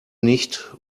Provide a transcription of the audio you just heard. nicht